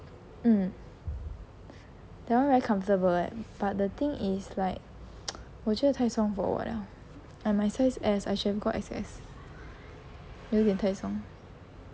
mm that [one] very comfortable eh but the thing is like 我觉得太松 for 我了 ah my size s I should have got xs 有点太松